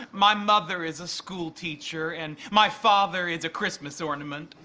my mother is a schoolteacher and my father is a christmas ornament.